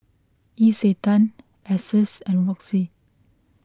Isetan Asus and Roxy